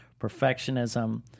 Perfectionism